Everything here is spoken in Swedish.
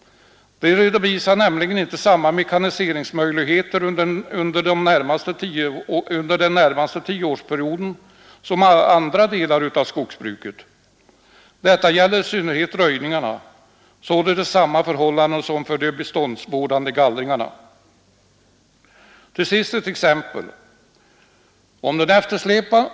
De redovisar nämligen inte samma mekaniseringsmöjligheter under den närmaste tioårsperioden som andra delar av skogsarbetet. Detta gäller i synnerhet röjningarna. Vi har här således samma förhållande som för de beståndsvårdande gallringarna. Till sist ett exempel.